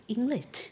English